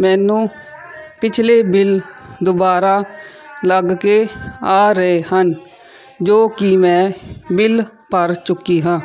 ਮੈਨੂੰ ਪਿਛਲੇ ਬਿਲ ਦੁਬਾਰਾ ਲੱਗ ਕੇ ਆ ਰਹੇ ਹਨ ਜੋ ਕਿ ਮੈਂ ਬਿੱਲ ਭਰ ਚੁੱਕੀ ਹਾਂ